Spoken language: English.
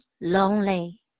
lonely